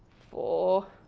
four,